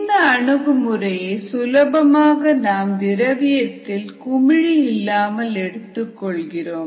இந்த அணுகுமுறையை சுலபமாக நாம் திரவியத்தில் குமிழி இல்லாமல் எடுத்துக் கொள்கிறோம்